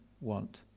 want